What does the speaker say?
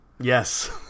Yes